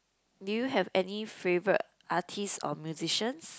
do you have any favorite artist or musicians